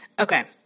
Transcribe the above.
Okay